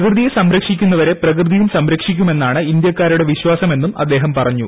പ്രകൃതിയെ സംരക്ഷിക്കുന്നവരെ പ്രകൃതിയും സംരക്ഷിക്കുമെന്നാണ് ഇന്ത്യാക്കാരുടെ വിശ്വാസമെന്നും അദ്ദേഹം പറഞ്ഞു